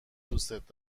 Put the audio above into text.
دوستت